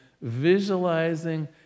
visualizing